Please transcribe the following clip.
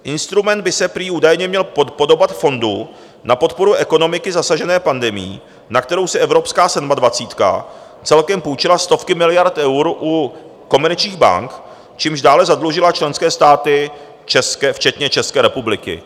Instrument by se prý údajně měl podobat fondu na podporu ekonomiky zasažené pandemií, na kterou si evropská sedmadvacítka celkem půjčila stovky miliard eur u komerčních bank, čímž dále zadlužila členské státy včetně České republiky.